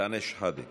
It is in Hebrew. אנטאנס שחאדה,